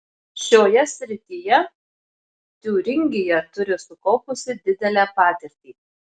šioje srityje tiūringija turi sukaupusi didelę patirtį